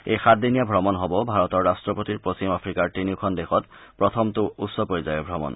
এই সাতদিনীয়া ভ্ৰমণ হ'ব ভাৰতৰ ৰাষ্টপতিৰ পশ্চিম আফ্ৰিকাৰ তিনিখন দেশত প্ৰথমটো উচ্চ পৰ্যায়ৰ ভ্ৰমণ